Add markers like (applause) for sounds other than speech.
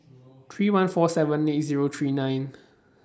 (noise) three one four seven eight Zero three nine